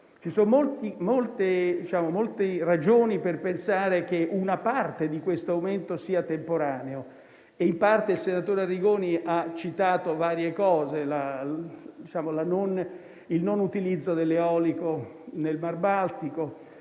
Ci sono molte ragioni per pensare che una parte di questo aumento sia temporaneo. Il senatore Arrigoni ha citato il mancato utilizzo dell'eolico nel Mar Baltico,